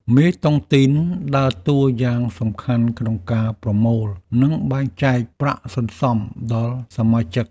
មេតុងទីនដើរតួយ៉ាងសំខាន់ក្នុងការប្រមូល និងបែងចែកប្រាក់សន្សំដល់សមាជិក។